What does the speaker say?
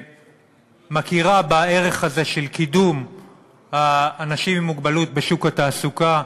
שמכירה בערך הזה של קידום האנשים עם מוגבלות בשוק התעסוקה.